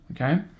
Okay